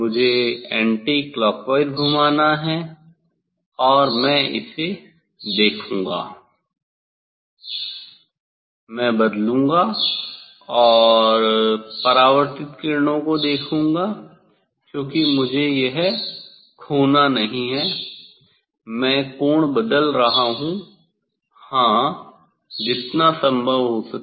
मुझे एंटीक्लॉकवाइज घुमाना है और मैं इसे देखूंगा मैं बदलूंगा और परावर्तित किरणों को देखूंगा क्योंकि मुझे यह खोना नहीं चाहिए मैं कोण बदल रहा हूं हां जितना संभव हो सके